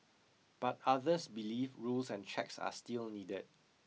but others believe rules and checks are still needed